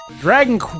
Dragon